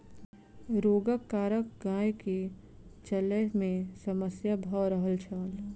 रोगक कारण गाय के चलै में समस्या भ रहल छल